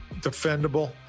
defendable